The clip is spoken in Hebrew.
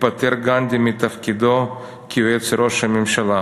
התפטר גנדי מתפקידו כיועץ ראש הממשלה.